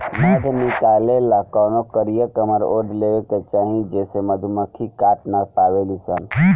मध निकाले ला कवनो कारिया कमर ओढ़ लेवे के चाही जेसे मधुमक्खी काट ना पावेली सन